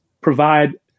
provide